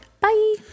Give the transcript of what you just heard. Bye